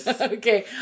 Okay